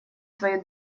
свою